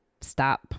stop